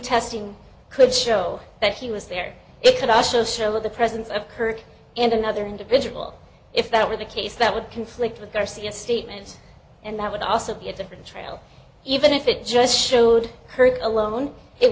testing could show that he was there it could also show the presence of kirk and another individual if that were the case that would conflict with garcia statements and that would also be a different trail even if it just showed her alone it